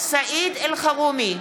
סעיד אלחרומי,